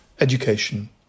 education